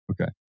Okay